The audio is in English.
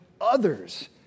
others